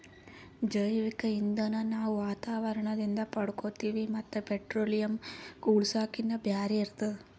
ಜೈವಿಕ್ ಇಂಧನ್ ನಾವ್ ವಾತಾವರಣದಿಂದ್ ಪಡ್ಕೋತೀವಿ ಮತ್ತ್ ಪೆಟ್ರೋಲಿಯಂ, ಕೂಳ್ಸಾಕಿನ್ನಾ ಬ್ಯಾರೆ ಇರ್ತದ